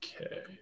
Okay